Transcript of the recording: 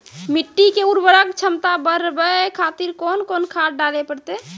मिट्टी के उर्वरक छमता बढबय खातिर कोंन कोंन खाद डाले परतै?